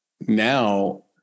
now